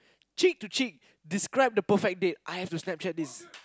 cheek to cheek describe the perfect date I have to Snapchat this